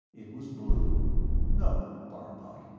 it was blue no, bart thought,